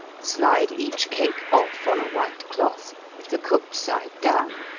slide each cake off on a white cloth, with the cooked side down.